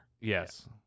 Yes